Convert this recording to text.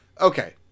okay